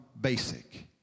basic